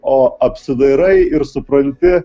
o apsidairai ir supranti